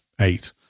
eight